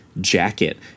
jacket